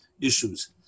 issues